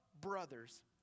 brothers